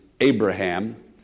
Abraham